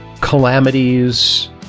calamities